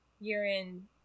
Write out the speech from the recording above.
urine